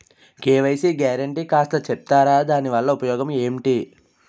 KYC guarantee కాస్త చెప్తారాదాని వల్ల ఉపయోగం ఎంటి?